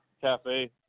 Cafe